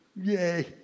yay